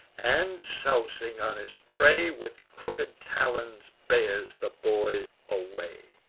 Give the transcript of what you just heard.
and, sousing on his prey, with crooked talons bears the boy away.